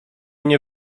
nie